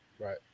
Right